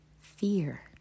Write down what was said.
fear